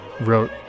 wrote